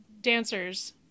dancers